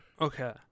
Okay